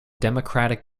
democratic